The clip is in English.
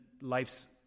life's